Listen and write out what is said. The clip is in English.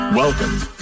Welcome